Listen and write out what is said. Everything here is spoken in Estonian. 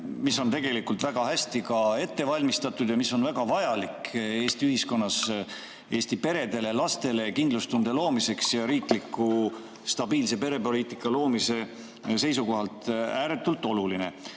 mis on tegelikult väga hästi ka ette valmistatud ja mis on väga vajalik Eesti ühiskonnas Eesti peredele ja lastele kindlustunde loomiseks. See on riikliku stabiilse perepoliitika loomise seisukohalt ääretult oluline.